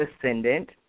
ascendant